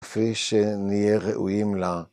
‫כפי שנהיה ראויים לה.